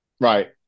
Right